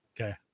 Okay